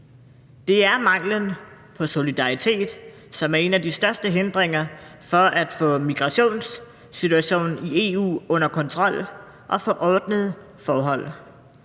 Det er manglen på solidaritet, som er en af de største hindringer for at få migrationssituationen i EU under kontrol og få ordnede forhold.